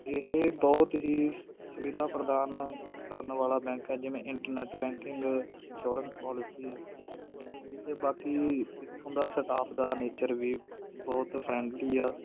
ਇਹ ਬਹੁਤ ਹੀ ਸ ਸੁਵਿਧਾ ਪ੍ਰਦਾਨ ਕਰਨ ਵਾਲਾ ਬੈਂਕ ਹੈ ਜਿਵੇਂ ਇੰਟਰਨੈਟ ਬੈਂਕਿੰਗ ਇਨਸ਼ੋਰੈਂਸ ਪੋਲਿਸੀ ਅਤੇ ਬਾਕੀ ਇੱਥੋਂ ਦਾ ਸਟਾਫ ਦਾ ਨੇਚਰ ਵੀ ਬਹੁਤ ਫਰੈਂਡਲੀ ਆ